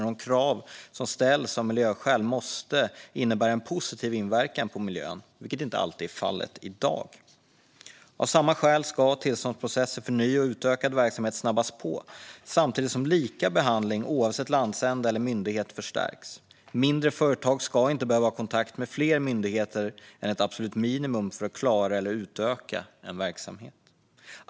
Och de krav som ställs av miljöskäl måste innebära en positiv inverkan på miljön, vilket inte alltid är fallet i dag. Av samma skäl ska tillståndsprocesser för ny och utökad verksamhet snabbas på samtidigt som lika behandling oavsett landsända eller myndighet ska förstärkas. Mindre företag ska inte behöva ha kontakt med fler myndigheter än ett absolut minimum för att klara eller utöka en verksamhet.